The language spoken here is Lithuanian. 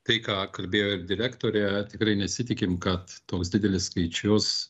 tai ką kalbėjo direktorė tikrai nesitikim kad toks didelis skaičius